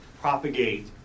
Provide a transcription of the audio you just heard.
propagate